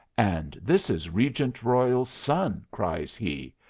and this is regent royal's son, cries he,